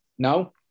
No